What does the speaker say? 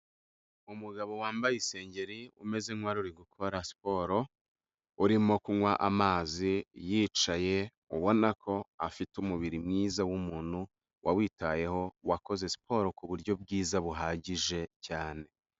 Umugabo wambaye isengeri umeze nk'uwaruri gukora siporo urimo kunywa amazi yicaye ubona ko afite umubiri mwiza w'umuntu wawitayeho wakoze siporo ku buryo bwiza buhagije cyane.